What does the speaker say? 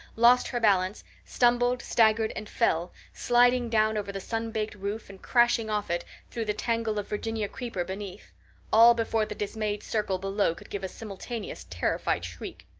lost her balance, stumbled, staggered, and fell, sliding down over the sun-baked roof and crashing off it through the tangle of virginia creeper beneath all before the dismayed circle below could give a simultaneous, terrified shriek.